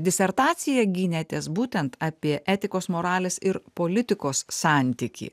disertaciją gynėtės būtent apie etikos moralės ir politikos santykį